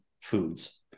foods